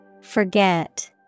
Forget